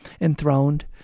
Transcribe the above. enthroned